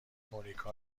مونیکا